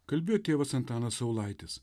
kalbėjo tėvas antanas saulaitis